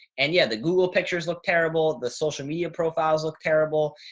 and yeah. the google pictures look terrible. the social media profiles look terrible.